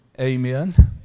Amen